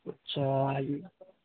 اچھا